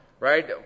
Right